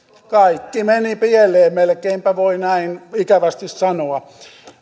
kaikki meni pieleen melkeinpä voi näin ikävästi sanoa